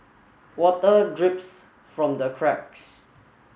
water drips from the cracks